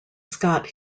scott